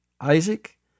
Isaac